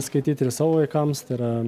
skaityti ir savo vaikams tai yra